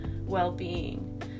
well-being